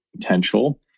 potential